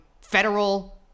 federal